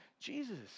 Jesus